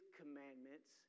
commandments